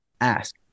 ask